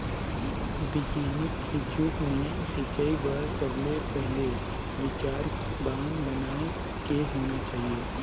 बिग्यानिक जुग मे सिंचई बर सबले पहिले विचार बांध बनाए के होना चाहिए